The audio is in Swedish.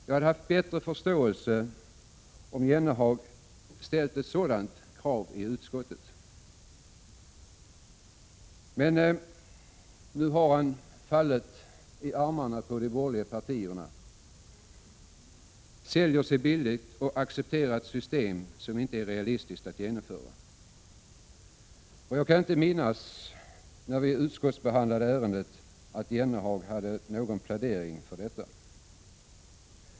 Jag hade haft större förståelse om Jennehag ställt ett sådant krav i utskottet. Nu har han fallit i armarna på de borgerliga partierna. Han säljer sig billigt och accepterar ett system som inte är realistiskt att genomföra. Jag kan inte minnas att vi utskottsbehandlade det kravet, eller att Jennehag hade någon utskottsplädering för vpk-motionen.